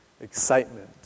Excitement